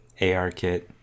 ARKit